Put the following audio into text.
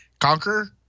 conquer